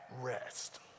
rest